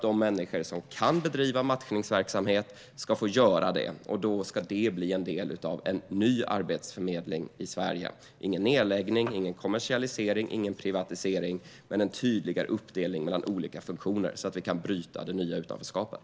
De människor som kan bedriva matchningsverksamhet ska få göra det. Det ska bli en del av en ny arbetsförmedling i Sverige. Ingen nedläggning, ingen kommersialisering, ingen privatisering, men en tydligare uppdelning mellan olika funktioner så att vi kan bryta det nya utanförskapet.